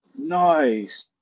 Nice